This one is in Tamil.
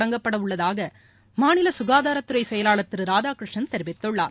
தொடங்கப்பட உள்ளதாக மாநில சுகாதாரத்துறை செயலாளர் திரு ராதாகிருஷ்ணன் தெரிவித்துள்ளார்